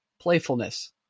Playfulness